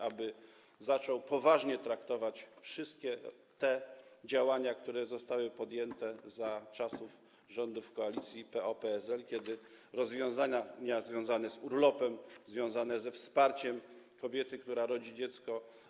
Aby zaczął poważnie traktować wszystkie te działania, które zostały podjęte za rządów koalicji PO-PSL, kiedy były rozwiązania związane z urlopem, ze wsparciem kobiety, która rodzi dziecko.